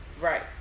Right